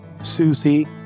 Susie